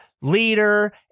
leader